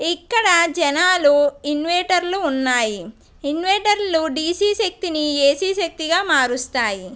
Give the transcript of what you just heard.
ఇక్కడ జనాలు ఇన్వేంటర్లు ఉన్నాయి ఇన్వేంటర్లు డీసీ శక్తిని ఏసీ శక్తిగా మారుస్తాయి